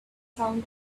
sound